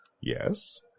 Yes